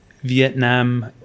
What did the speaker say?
Vietnam